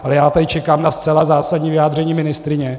Ale já tady čekám na zcela zásadní vyjádření ministryně.